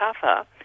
tougher